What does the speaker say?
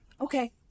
okay